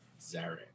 Zarek